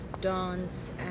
dance